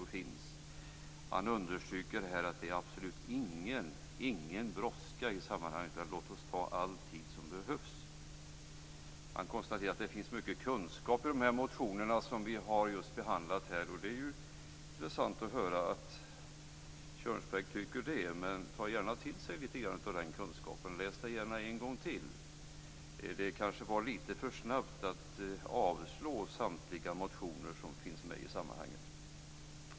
Han understryker att det absolut inte är någon brådska i sammanhanget utan att vi skall ta i anspråk all tid som behövs. Arne Kjörnsberg konstaterar att det finns mycken kunskap i de motioner som vi just nu behandlar. Det är intressant att höra att Kjörnsberg tycker det, men han kan gärna ta till sig lite grann av den kunskapen. Läs gärna motionerna en gång till! Det gick kanske lite för snabbt att avslå samtliga motioner i detta sammanhang.